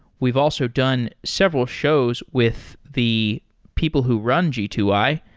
we've also done several shows with the people who run g two i,